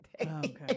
Okay